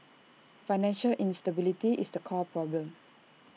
financial instability is the core problem